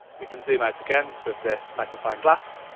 we can zoom out again with this magnifying glass,